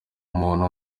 umuntu